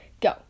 Go